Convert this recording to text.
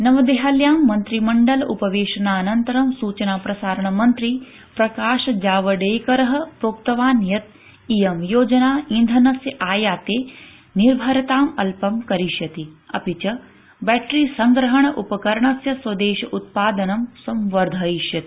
नवदेहल्याम् मन्त्रिलमण्डल उपवेशनान्तरम् सूचनाप्रसारणमंत्री प्रकाशजावड़ेकरः प्रोक्तवान् यत् इयं योजना ईंधनस्य आयाते निर्भरतां अल्पम् करिष्यति अपि च बैटरीसङ्ग्रहण उपकरणस्य स्वदेश उत्पादनम् संवर्धयिष्यति